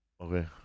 Okay